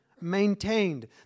maintained